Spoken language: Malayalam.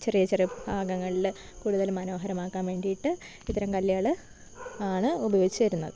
ചെറിയ ചെറിയ ഭാഗങ്ങളില് കൂടുതല് മനോഹരമാക്കാൻ വേണ്ടിയിട്ട് ഇത്തരം കല്ലുകള് ആണ് ഉപയോഗിച്ചിരുന്നത്